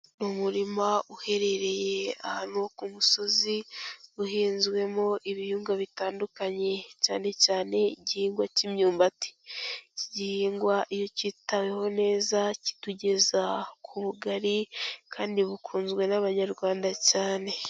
Ni umurima uherereye ahantu ho ku musozi uhinzwemo ibihingwa bitandukanye cyane cyane igihingwa cy'imyumbati. Iki gihingwa iyo kitaweho neza kitugeza ku bugari kandi bukunzwe n'abanyarwanda cyane.